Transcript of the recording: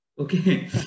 Okay